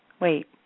Wait